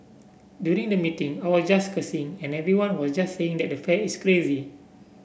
during the meeting I was just cursing and everyone was just saying that the fare is crazy